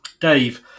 dave